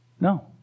No